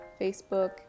Facebook